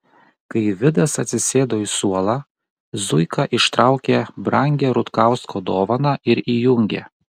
kai vidas atsisėdo į suolą zuika ištraukė brangią rutkausko dovaną ir įjungė